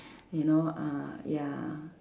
you know ah ya